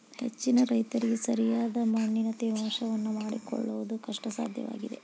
ಹೆಚ್ಚಿನ ರೈತರಿಗೆ ಸರಿಯಾದ ಮಣ್ಣಿನ ತೇವಾಂಶವನ್ನು ಮಾಡಿಕೊಳ್ಳವುದು ಕಷ್ಟಸಾಧ್ಯವಾಗಿದೆ